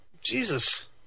Jesus